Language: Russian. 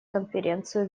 конференцию